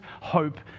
hope